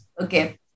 Okay